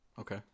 Okay